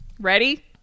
Ready